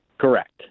Correct